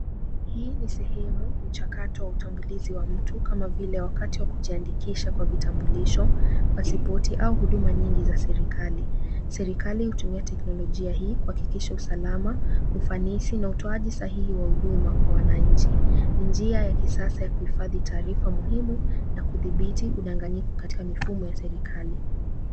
Hii ni sehemu mchakato wa utambulizi wa mtu kama vile wakati wa kujiandikisha kwa vitambulisho, pasipoti au huduma nyingi za serikali. Serikali hutumia teknolojia hii kuhakikisha, usalama, ufanisi na utoaji sahihi wa huduma kwa wananchi. Ni njia ya kisasa ya kuhifadhi taarifa muhimu na kudhibiti udanganyifu katika mifumo ya serikali.